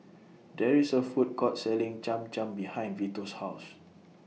There IS A Food Court Selling Cham Cham behind Vito's House